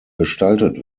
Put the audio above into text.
gestaltet